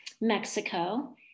Mexico